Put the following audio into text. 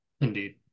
Indeed